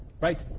Right